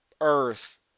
Earth